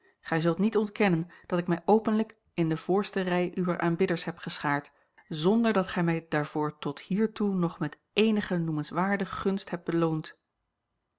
gij zult niet ontkennen dat ik mij openlijk a l g bosboom-toussaint langs een omweg in de voorste rij uwer aanbidders heb geschaard zonder dat gij mij daarvoor tot hiertoe nog met eenige noemenswaarde gunst hebt beloond